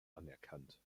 anerkannt